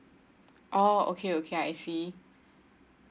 oh okay okay I see